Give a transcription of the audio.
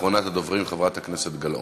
אחרונת הדוברים, חברת הכנסת גלאון.